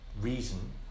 reason